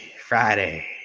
Friday